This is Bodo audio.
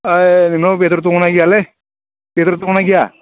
ओइ नोंनाव बेदर दंना गैयालै बेदर दं ना गैया